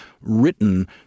written